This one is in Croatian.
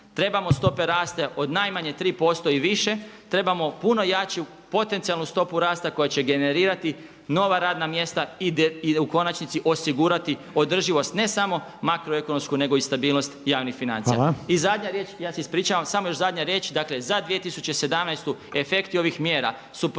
Trebamo stope rasta od najmanje 3% i više, trebamo puno jaču potencijalnu stopu rasta koja će generirati nova radna mjesta i u konačnici osigurati održivost ne samo makroekonomsku nego i stabilnost javnih financija. I zadnja riječ, ja se ispričav, samo još zadnja riječ, dakle za 2017. efekti ovih mjera su procijenjeni